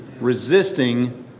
Resisting